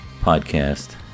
Podcast